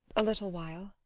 a little while.